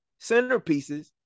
centerpieces